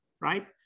right